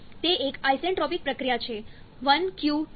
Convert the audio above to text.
તે એક આઇસેન્ટ્રોપિક પ્રક્રિયા છે